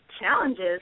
challenges